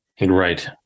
Right